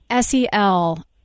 SEL